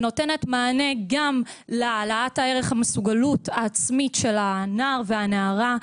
ונותנת מענה גם להעלאת ערך המסוגלות העצמית של הנער והנערה,